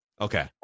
Okay